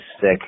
sick